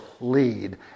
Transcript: lead